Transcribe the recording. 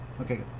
Okay